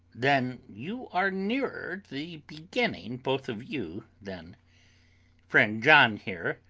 then you are nearer the beginning, both of you, than friend john here,